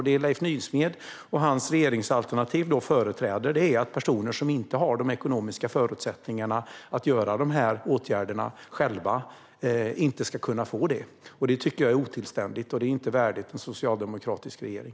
Det som Leif Nysmed och hans regeringsalternativ företräder är att personer som inte har de ekonomiska förutsättningarna att själva vidta dessa åtgärder inte ska kunna få det. Det tycker jag är otillständigt. Det är inte värdigt en socialdemokratisk regering.